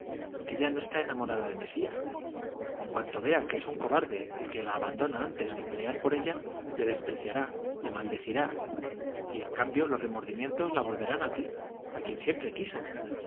ella no está enamorada de mesía en cuanto vea que es un cobarde y que la abandona antes que pelear por ella le despreciará le maldecirá y en cambio los remordimientos la volverán a ti a quien siempre quiso